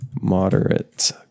moderate